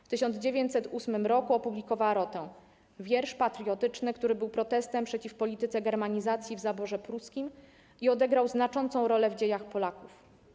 W 1908 roku opublikowała 'Rotę' - wiersz patriotyczny, który był protestem przeciw polityce germanizacji w zaborze pruskim i odegrał znaczącą rolę w dziejach Polaków.